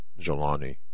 Jelani